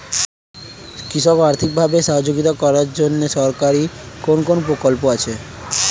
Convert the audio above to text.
কৃষকদের আর্থিকভাবে সহযোগিতা করার জন্য সরকারি কোন কোন প্রকল্প আছে?